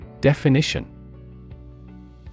Definition